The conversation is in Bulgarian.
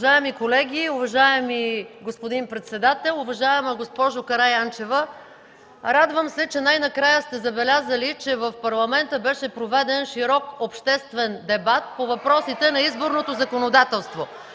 Уважаеми колеги, уважаеми господин председател! Уважаема госпожо Караянчева, радвам се, че най-накрая сте забелязали, че в Парламента беше проведен широк обществен дебат по въпросите на изборното законодателство.